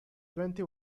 twenty